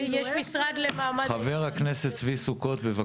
צבי סוכות.